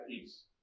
peace